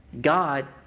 God